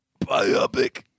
Biopic